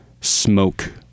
Smoke